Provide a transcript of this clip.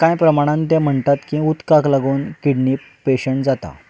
कांय प्रमाणान ते म्हणटात की उदकाक लागून किडणी पेशंट जाता